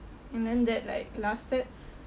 and then that like lasted